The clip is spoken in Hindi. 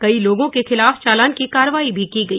कई लोगों के खिलाफ चालान की कार्रवाई भी की गई